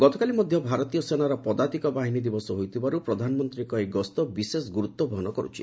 ଗତକାଲି ମଧ୍ୟ ଭାରତୀୟ ସେନାର ପଦାତିକ ବାହିନୀ ଦିବସ ହୋଇଥିବାରୁ ପ୍ରଧାନମନ୍ତ୍ରୀଙ୍କ ଏହି ଗସ୍ତ ବିଶେଷ ଗୁରୁତ୍ୱ ବହନ କରୁଛି